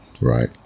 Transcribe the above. Right